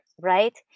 right